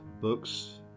books